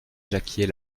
jacquier